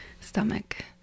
stomach